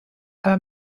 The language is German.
aber